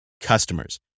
customers